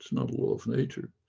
it's not a war of nature.